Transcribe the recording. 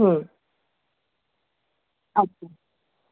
হুম আচ্ছা